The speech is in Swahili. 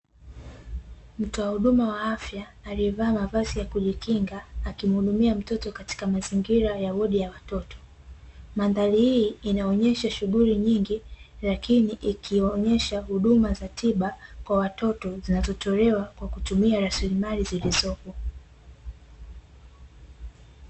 Mtoa huduma wa afya aliyevaa mavazi ya kujikinga, akimuhudumia mtoto katika mazingira ya wodi ya watoto. Mandhari hii inaonesha shughuli nyingi, lakini ikiwaonesha huduma za tiba kwa watoto, zinazotolewa kwa kutumia rasilimali zilizopo.